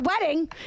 wedding